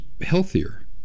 healthier